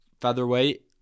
featherweight